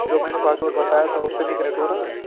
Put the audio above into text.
جو میں نے پاسورڈ بتایا تھا اس پہ نہیں کنیکٹ ہو رہا ہے